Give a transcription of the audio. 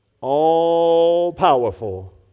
all-powerful